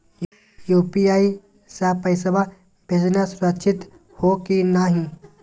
UPI स पैसवा भेजना सुरक्षित हो की नाहीं?